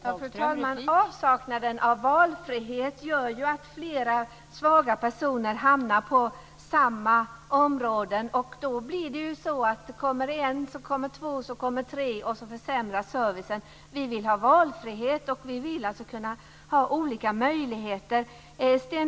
Fru talman! Avsaknaden av valfrihet gör att flera svaga personer hamnar på samma områden. Då blir det ju så att kommer det en så kommer två, så kommer tre och så försämras servicen. Vi vill ha valfrihet och vill kunna ha olika möjligheter.